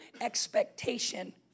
expectation